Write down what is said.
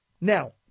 Now